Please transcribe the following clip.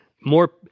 more